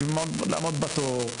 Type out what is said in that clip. בשביל מה לעמוד בתור?